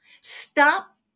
stop